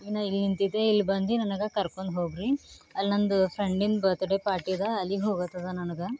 ಇನ್ನು ಇಲ್ಲಿ ನಿಂತಿದೆ ಇಲ್ಲಿ ಬಂದು ನನಗೆ ಕರ್ಕೊಂಡ್ ಹೋಗಿರಿ ಅಲ್ಲಿ ನನ್ನದು ಫ್ರೆಂಡಿನ ಬರ್ತಡೇ ಪಾರ್ಟಿ ಅದ ಅಲ್ಲಿಗೆ ಹೋಗಕ್ಕೆ ಅದ ನನಗೆ